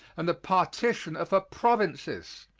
and the partition of her provinces.